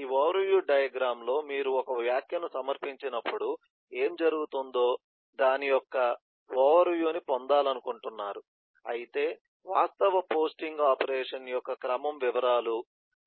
ఈ overview diagram లో మీరు ఒక వ్యాఖ్యను సమర్పించినప్పుడు ఏమి జరుగుతుందో దాని యొక్క ఓవర్ వ్యూ ని పొందాలనుకుంటున్నారు అయితే వాస్తవ పోస్టింగ్ ఆపరేషన్ యొక్క క్రమం వివరాలు